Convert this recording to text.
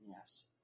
yes